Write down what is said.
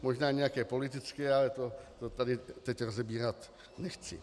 Možná nějaké politické, ale to tady teď rozebírat nechci.